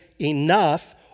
enough